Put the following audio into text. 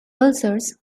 pulsars